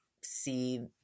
see